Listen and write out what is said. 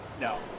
No